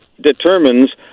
determines